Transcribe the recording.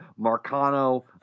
Marcano